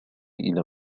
إلى